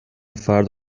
فرد